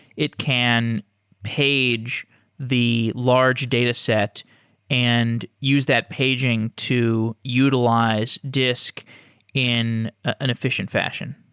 it can page the large dataset and use that paging to utilize disk in an efficient fashion